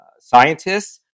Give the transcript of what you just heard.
scientists